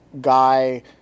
guy